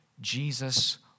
Jesus